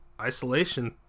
isolation